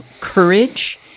courage